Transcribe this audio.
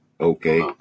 Okay